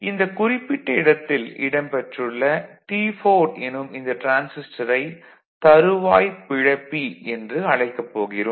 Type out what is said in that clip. இந்த குறிப்பிட்ட இடத்தில் இடம்பெற்றுள்ள T4 எனும் இந்த டிரான்சிஸ்டரை தறுவாய்ப் பிளப்பி என்று அழைக்கப்போகிறோம்